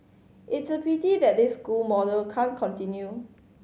it's a pity that this school model can't continue